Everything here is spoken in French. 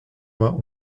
vingt